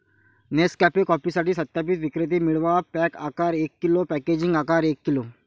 Nescafe कॉफीसाठी सत्यापित विक्रेते मिळवा, पॅक आकार एक किलो, पॅकेजिंग आकार एक किलो